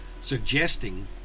suggesting